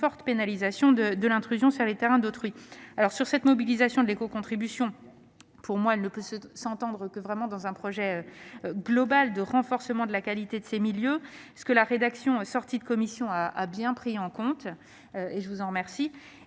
de pénaliser fortement l'intrusion sur le terrain d'autrui. Cette mobilisation de l'écocontribution ne peut s'entendre que dans un projet global de renforcement de la qualité de ces milieux, ce que la rédaction de votre commission a bien pris en compte, et je vous en remercie.